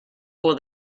for